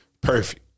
perfect